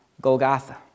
Golgotha